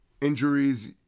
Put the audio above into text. injuries